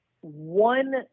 one